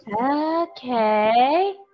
Okay